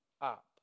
up